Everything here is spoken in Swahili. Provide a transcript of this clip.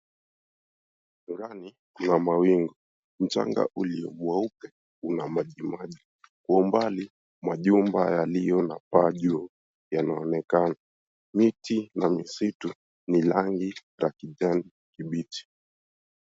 Angani kuna mawingu. Mchanga ulio mweupe una maji maji. Kwa umbali majumba yaliyo na paa juu yanaonekana. Miti na misitu ni rangi la kijani kibichi.